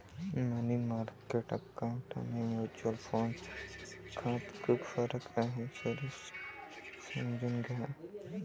मनी market account आणि mutual fund यात खूप फरक आहे, सुरेश समजून घ्या